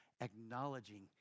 acknowledging